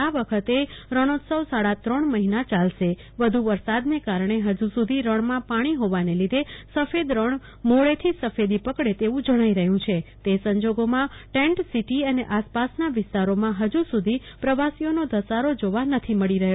આ વખતે રણોત્સવ સાડાત્રણ મહિના ચાલશે વધુ વરસાદનાં કારણે ફજીસુધી રણમાં પાણી હોવાને લીધે સફેદરણ મોડે થી સફેદી પકડે તેવું કેણાઈઝરહ્યું છે તે સંજોગોમાં ટેન્ટ સિટી અને આસપાસનાં વિસ્તારોમાં હજુ સુધી પ્રવાંસીઓનો ધસારો જોવા નથી મેળી રહ્યો